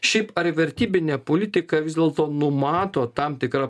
šiaip ar vertybinė politika vis dėlto numato tam tikra